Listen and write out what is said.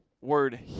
word